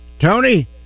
Tony